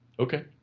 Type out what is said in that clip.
Okay